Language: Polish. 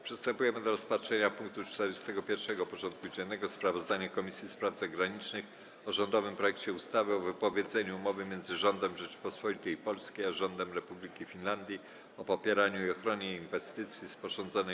Przystępujemy do rozpatrzenia punktu 41. porządku dziennego: Sprawozdanie Komisji Spraw Zagranicznych o rządowym projekcie ustawy o wypowiedzeniu Umowy między Rządem Rzeczypospolitej Polskiej a Rządem Republiki Finlandii o popieraniu i ochronie inwestycji, sporządzonej